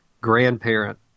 grandparent